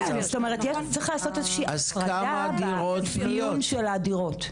כן, צריך לעשות איזושהי הפרדה באפיון של הדירות.